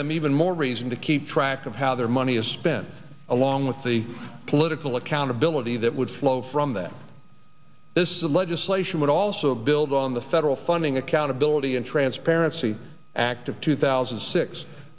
them even more reason to keep track of how their money is spent along with the political accountability that would flow from that this legislation would also build on the federal funding accountability and transparency act of two thousand